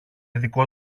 δικό